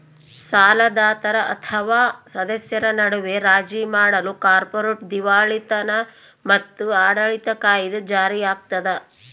ಸಾಲದಾತರ ಅಥವಾ ಸದಸ್ಯರ ನಡುವೆ ರಾಜಿ ಮಾಡಲು ಕಾರ್ಪೊರೇಟ್ ದಿವಾಳಿತನ ಮತ್ತು ಆಡಳಿತ ಕಾಯಿದೆ ಜಾರಿಯಾಗ್ತದ